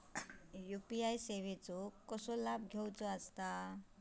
UPI सेवाचो कसो लाभ घेवचो?